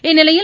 இந்நிலையில்